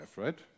right